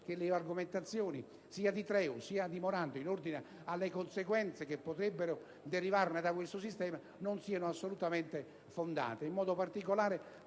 che le argomentazioni dei senatori Ichino e Morando in ordine alle conseguenze che potrebbero derivare da questo sistema non siano assolutamente fondate e mi chiedo, in particolare,